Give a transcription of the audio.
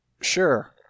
Sure